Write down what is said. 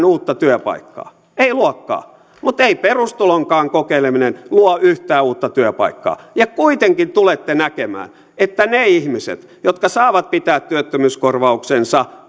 uutta työpaikkaa ei luokaan mutta ei perustulonkaan kokeileminen luo yhtään uutta työpaikkaa ja kuitenkin tulette näkemään että ne ihmiset jotka työllistyessään saavat pitää työttömyyskorvauksensa